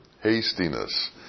hastiness